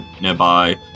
nearby